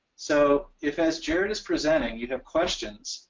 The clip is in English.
so, if as jared is presenting you have questions,